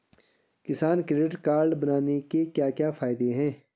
किसान credit card बनाने के क्या क्या फायदे हैं?